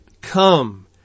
come